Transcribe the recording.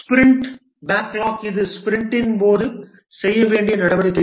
sprint backlog இது ஸ்பிரிண்டின் போது செய்ய வேண்டிய நடவடிக்கைகள்